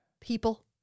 People